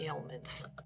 ailments